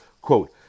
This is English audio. Quote